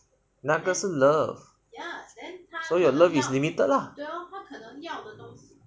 那个是 love so your love is limited lah